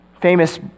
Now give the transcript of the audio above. famous